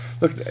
look